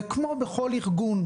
וכמו בכל ארגון,